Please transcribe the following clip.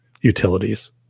utilities